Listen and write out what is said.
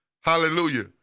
Hallelujah